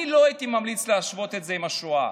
אני לא הייתי ממליץ להשוות את זה לשואה.